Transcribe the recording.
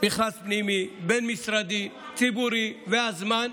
מכרז פנימי, בין-משרדי, ציבורי, הזמן,